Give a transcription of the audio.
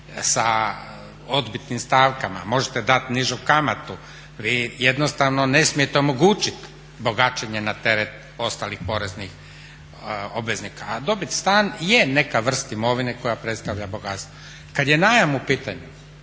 sa odbitnim stavkama, možete dat nižu kamatu. Vi jednostavno ne smijete omogućit bogaćenje na teret ostalih poreznih obveznika. A dobit stan je neka vrsta imovine koja predstavlja bogatstvo. Kad je najam u pitanju,